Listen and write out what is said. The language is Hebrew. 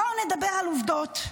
בואו נדבר על עובדות.